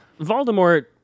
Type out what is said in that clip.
Voldemort